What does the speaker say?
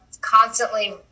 constantly